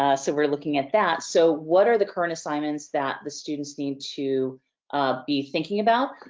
ah so we're looking at that. so what are the current assignments that the students need to be thinking about.